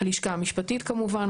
הלשכה המשפטית כמובן,